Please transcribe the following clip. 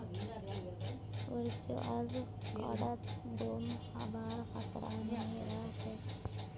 virtual कार्डत गुम हबार खतरा नइ रह छेक